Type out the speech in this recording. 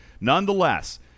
Nonetheless